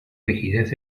rigidez